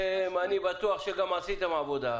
אני בטוח שגם עשיתם עבודה,